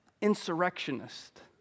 insurrectionist